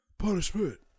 punishment